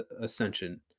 ascension